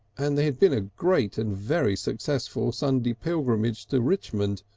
and there had been a great and very successful sunday pilgrimage to richmond,